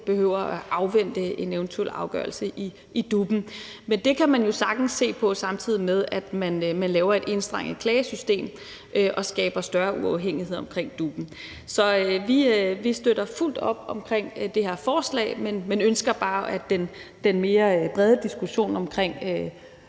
behøver at afvente en eventuel afgørelse i DUP'en. Men det kan man jo sagtens se på, samtidig med at man laver et enstrenget klagesystem og skaber større uafhængighed omkring DUP'en. Så vi støtter fuldt op omkring det her forslag, men ønsker bare at den mere brede diskussion omkring